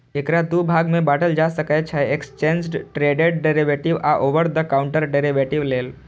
एकरा दू भाग मे बांटल जा सकै छै, एक्सचेंड ट्रेडेड डेरिवेटिव आ ओवर द काउंटर डेरेवेटिव लेल